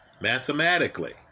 Mathematically